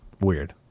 weird